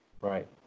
Right